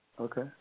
Okay